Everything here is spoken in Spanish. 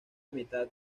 mitad